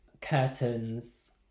curtains